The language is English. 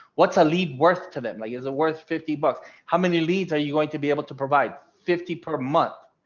what's a lead worth to them, i guess worth fifty bucks, how many leads? are you going to be able to provide? fifty per month?